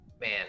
man